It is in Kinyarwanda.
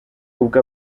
ubwo